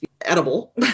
Edible